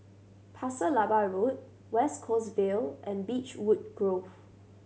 Pasir Laba Road West Coast Vale and Beechwood Grove